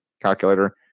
calculator